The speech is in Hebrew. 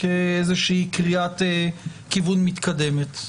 כאיזה קריאת כיוון מתקדמת.